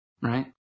Right